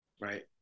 right